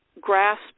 grasp